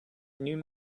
new